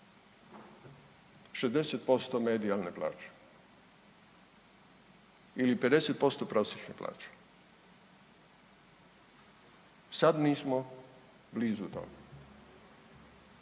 60% medijalne plaće ili 50% prosječne plaće. Sad nismo blizu tome,